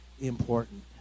important